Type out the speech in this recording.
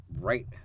right